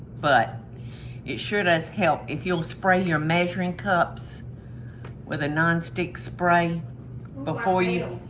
but it sure does help. if you'll spray your measuring cups with a nonstick spray before you,